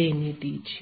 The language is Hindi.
देने दीजिए